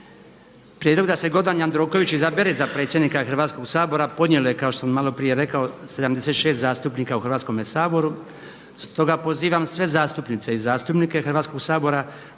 Prijedlog da se Gordan Jandroković izabere za predsjednika Hrvatskog sabora podnijelo je kao što sam malo prije rekao 76 zastupnika u Hrvatskome saboru, stoga pozivam sve zastupnice i zastupnike Hrvatskog sabora